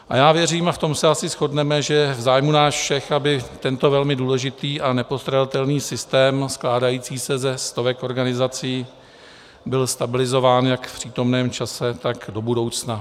A já věřím a v tom se asi shodneme, že je v zájmu nás všech, aby tento velmi důležitý a nepostradatelný systém skládající se ze stovek organizací byl stabilizován jak v přítomném čase, tak do budoucna.